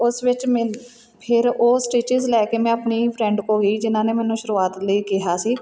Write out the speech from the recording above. ਉਸ ਵਿੱਚ ਮੇਂਨ ਫਿਰ ਉਹ ਸਟਿਚਿਸ ਲੈ ਕੇ ਮੈਂ ਆਪਣੀ ਫਰੈਂਡ ਕੋਲ ਗਈ ਜਿਹਨਾਂ ਨੇ ਮੈਨੂੰ ਸ਼ੁਰੂਆਤ ਲਈ ਕਿਹਾ ਸੀ